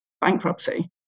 bankruptcy